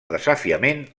desafiament